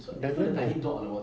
never